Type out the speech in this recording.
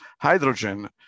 hydrogen